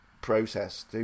process